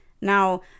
Now